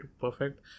perfect